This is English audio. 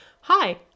hi